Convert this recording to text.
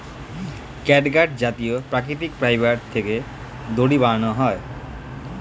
catgut জাতীয় প্রাকৃতিক fibre থেকে দড়ি বানানো হয়